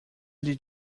did